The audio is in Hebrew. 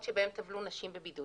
מקוואות שבהן טבלו נשים בבידוד,